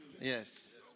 Yes